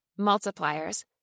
Multipliers